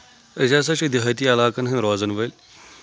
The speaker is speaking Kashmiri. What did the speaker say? أسۍ ہسا چھِ دہٲتی علاقن ہٕنٛدۍ روزان ؤلۍ